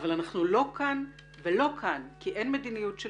אבל אנחנו לא כאן ולא כאן כי אין מדיניות של